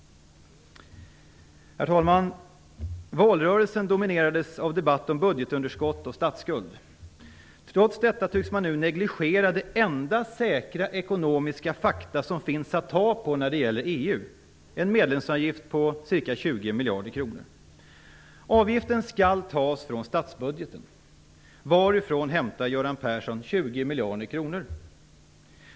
Herr talman! Valrörelsen dominerades av debatter om budgetunderskott och statsskuld. Trots detta tycks man nu negligera det enda säkra ekonomiska fakta som finns att ta på när det gäller EU - en medlemsavgift på ca 20 miljarder kronor. Avgiften skall tas från statsbudgeten. Varifrån hämtar Göran Persson 20 miljarder kronor?